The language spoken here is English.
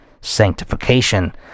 sanctification